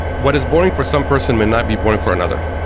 what is boring for some person may not be boring for another.